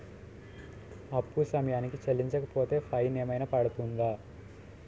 అప్పు సమయానికి చెల్లించకపోతే ఫైన్ ఏమైనా పడ్తుంద?